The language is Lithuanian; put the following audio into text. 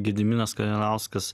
gediminas kalinauskas